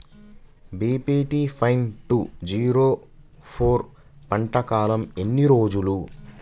BPT five two zero four పంట కాలంలో ఎన్ని రోజులు?